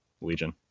Legion